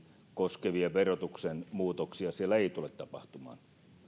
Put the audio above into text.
koskevia verotuksen muutoksia siellä ei tule tapahtumaan